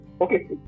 Okay